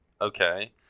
okay